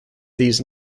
these